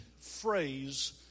phrase